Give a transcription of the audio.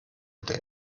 der